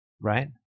right